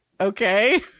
okay